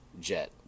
jet